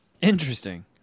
Interesting